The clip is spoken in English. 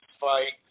fight